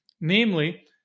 namely